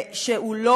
שלא